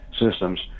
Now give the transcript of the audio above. systems